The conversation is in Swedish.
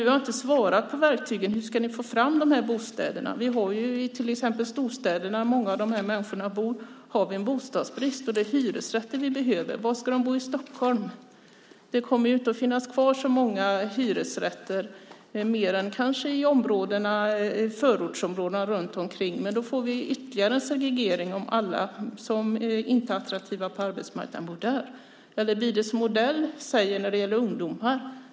Du har inte svarat på frågan om verktygen. Hur ska ni få fram de här bostäderna? Många av de här människorna bor i storstäderna, och där har vi en bostadsbrist. Det är hyresrätter vi behöver. Var ska de bo i Stockholm? Det kommer ju inte att finnas kvar så många hyresrätter mer än kanske i förortsområdena runt omkring. Om alla som inte är attraktiva på arbetsmarknaden bor där får vi ytterligare en segregering. Eller blir det som Odell säger när det gäller ungdomar?